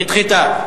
נדחתה.